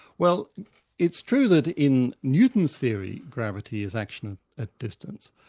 well it's true that in newton's theory, gravity is action at distance.